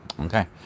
Okay